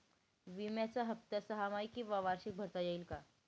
विम्याचा हफ्ता सहामाही किंवा वार्षिक भरता येईल का?